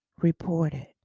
reported